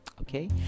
Okay